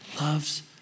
loves